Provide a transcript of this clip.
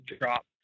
drop